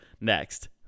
next